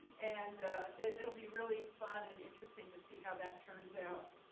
and it'll be really fun and interesting to see how that turns out.